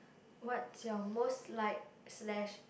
what's your most like slash